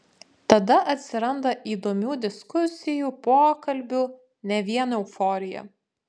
tada atsiranda įdomių diskusijų pokalbių ne vien euforija